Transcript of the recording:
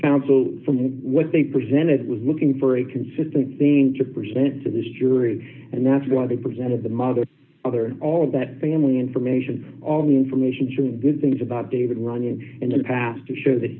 counsel from what they presented was looking for a consistent thing to present to this jury and that's why they presented the mother other of that family information on information sharing good things about david runnion and in the past to show that